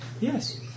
Yes